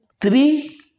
Three